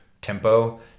tempo